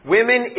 Women